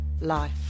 life